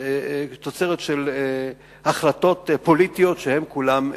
של החלטות פוליטיות שהן כולן בידינו.